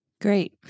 Great